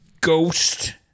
Ghost